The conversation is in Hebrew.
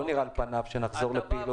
לא נראה על פניו שנחזור לפעילות.